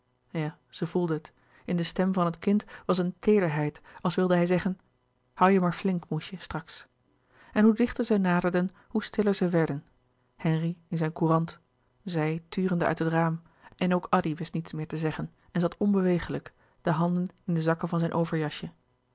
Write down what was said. ja zij voelde het in de stem van het kind was een teederheid als wilde hij zeggen hoû je maar flink moesje straks en hoe dichter zij naderden hoe stiller zij werden henri in zijn courant zij turende uit het raam en ook addy wist niet meer te zeggen en zat onbewegelijk de handen in de zakken van zijn